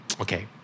Okay